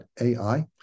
.ai